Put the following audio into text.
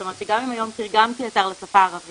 זאת אומרת שגם אם היום תרגמתי אתר לשפה הערבית